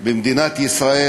במדינת ישראל,